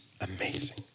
amazing